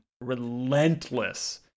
relentless